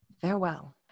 Farewell